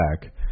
back